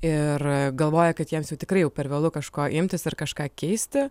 ir galvoja kad jiems jau tikrai jau per vėlu kažko imtis ir kažką keisti